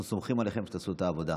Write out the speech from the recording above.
אנחנו סומכים עליכם שתעשו את העבודה.